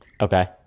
Okay